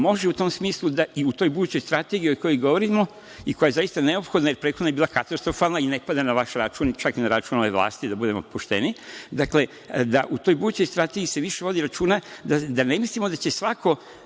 može u tom smislu, da i u toj budućoj strategiji o kojoj govorimo i koja je zaista neophodna, jer je prethodna bila katastrofalna, nije na vaš račun, čak ni na račun one vlasti, da budemo pošteni, dakle, da u toj budućoj strategiji se više vodi računa da ne mislimo da će svako